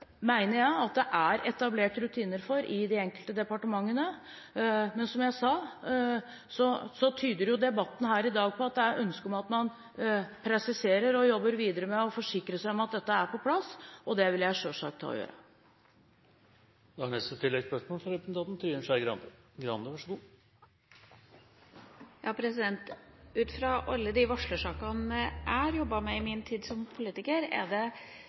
er etablert rutiner for i de enkelte departementene. Men som jeg sa, tyder debatten her i dag på at det er ønskelig at man presiserer og jobber videre med å forsikre seg om at dette er på plass. Det vil jeg selvsagt da gjøre. Trine Skei Grande – til oppfølgingsspørsmål. De varslersakene jeg har jobbet med i min tid som politiker, har stort sett vært i det offentlige. Det har stort sett også vært ganske høyt oppe i systemet, der det er få mekanismer som